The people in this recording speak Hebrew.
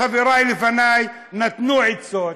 חבריי לפניי נתנו עצות,